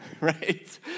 right